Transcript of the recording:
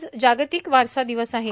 आज जागतिक वारसा दिवस आहे